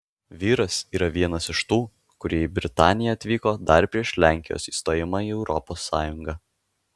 vyras yra vienas iš tų kurie į britaniją atvyko dar prieš lenkijos įstojimą į europos sąjungą